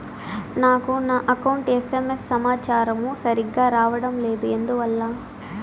నాకు నా account SMS సమాచారము సరిగ్గా రావడం లేదు ఎందువల్ల?